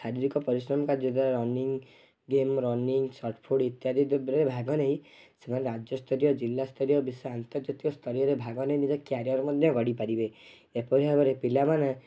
ଶାରୀରିକ ପରିଶ୍ରମ କାର୍ଯ୍ୟ ଦ୍ୱାରା ରନିଙ୍ଗ୍ ଗେମ୍ ରନିଙ୍ଗ୍ ସଟ୍ପୁଟ୍ ଇତ୍ୟାଦିରେ ଭାଗ ନେଇ ସେମାନେ ରାଜ୍ୟ ସ୍ତରୀୟ ଜିଲ୍ଲା ସ୍ତରୀୟ ବିଶ୍ୱ ଆନ୍ତର୍ଜାତୀୟ ସ୍ତରୀୟରେ ଭାଗ ନେଇ ନିଜ କ୍ୟାରିଅର୍ ମଧ୍ୟ ଗଢ଼ି ପାରିବେ ଏପରି ଭାବରେ ପିଲାମାନେ